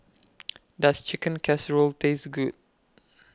Does Chicken Casserole Taste Good